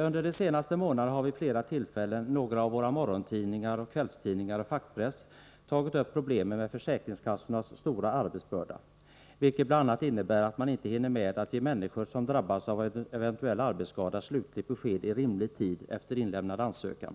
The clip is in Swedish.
Under de senaste månaderna har vid flera tillfällen några av våra morgontidningar och kvällstidningar och även fackpress tagit upp problemet med försäkringskassornas stora arbetsbörda, som bl.a. innebär att de inte hinner med att ge människor som drabbats av eventuell arbetsskada slutligt besked i rimlig tid efter inlämnad ansökan.